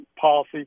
policy